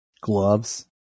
gloves